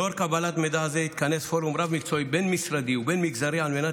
לאור קבלת מידע זה התכנס פורום רב-מקצועי בין-משרדי ובין-מגזרי על מנת